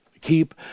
keep